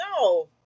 no